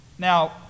Now